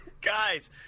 Guys